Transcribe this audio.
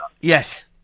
Yes